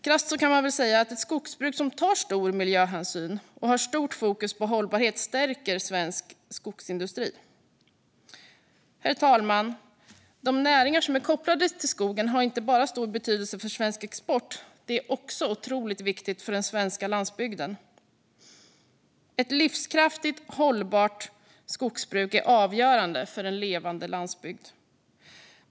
Krasst kan man väl säga att ett skogsbruk som tar stor miljöhänsyn och har stort fokus på hållbarhet stärker svensk skogsindustri. Herr talman! De näringar som är kopplade till skogen har inte bara stor betydelse för svensk export. De är också otroligt viktiga för den svenska landsbygden. Ett livskraftigt, hållbart skogsbruk är avgörande för en levande landsbygd.